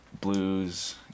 blues